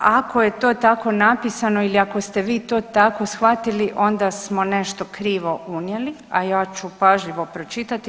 Ako je to tako napisano ili ako ste vi to tako shvatili, onda smo nešto krivo unijeli, a ja ću pažljivo pročitati.